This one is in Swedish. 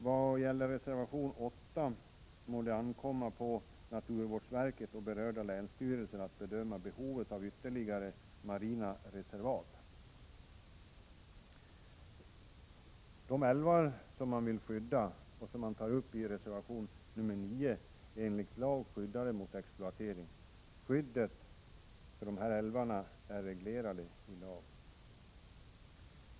Vad gäller reservation nr 8 må det ankomma på naturvårdsverket och berörda länsstyrelser att bedöma behovet av ytterligare marina reservat. Skyddet för de älvar som folkpartiet tar upp i reservation nr 9 är reglerat i lag.